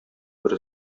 бер